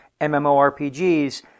MMORPGs